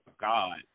God